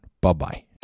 bye-bye